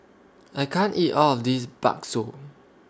I can't eat All of This Bakso